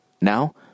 Now